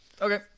Okay